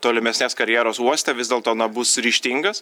tolimesnės karjeros uoste vis dėlto na bus ryžtingas